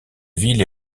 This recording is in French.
ville